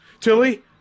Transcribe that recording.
Tilly